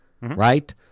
right